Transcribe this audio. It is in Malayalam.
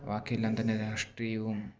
ബാക്കിയെല്ലാം തന്നെ രാഷ്ട്രീയവും